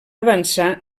avançar